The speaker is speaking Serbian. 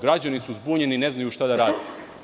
Građani su zbunjeni, ne znaju šta da rade.